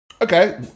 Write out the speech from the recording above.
Okay